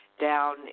down